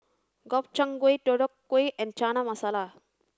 Gobchang Gui Deodeok Gui and Chana Masala